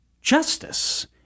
justice